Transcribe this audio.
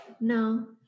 No